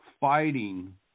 fighting